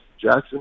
Jackson